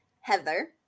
Heather